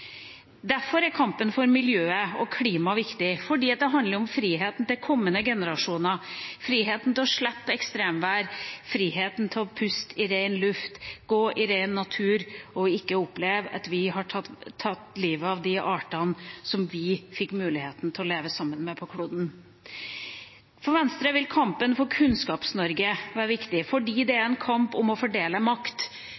Derfor er kampen for miljøet og klimaet viktig, fordi det handler om friheten til kommende generasjoner, friheten til å slippe ekstremvær, friheten til å puste i ren luft, gå i ren natur og ikke oppleve at vi har tatt livet av de artene som vi fikk muligheten til å leve sammen med på kloden. For Venstre vil kampen for Kunnskaps-Norge være viktig fordi det er